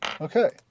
Okay